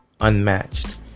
unmatched